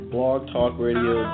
BlogTalkRadio